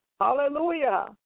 Hallelujah